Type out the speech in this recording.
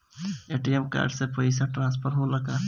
ATM card से पैसा transfer होला का?